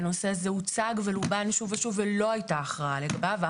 והנושא הזה הוצג ולובה שוב ושוב ולא הייתה הכרעה לגביו.